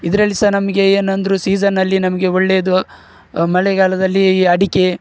ಇದರಲ್ಲಿ ಸಹ ನಮಗೆ ಏನೆಂದ್ರೂ ಸೀಸನಲ್ಲಿ ನಮಗೆ ಒಳ್ಳೇದು ಮಳೆಗಾಲದಲ್ಲಿ ಈ ಅಡಿಕೆ